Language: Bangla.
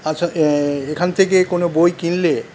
আসা এখান থেকে কোনো বই কিনলে